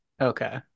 Okay